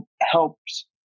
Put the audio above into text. helps